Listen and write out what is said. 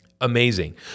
amazing